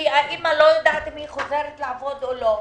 כי האימא לא יודעת אם היא חוזרת לעבוד או לא.